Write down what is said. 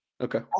Okay